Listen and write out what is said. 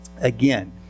Again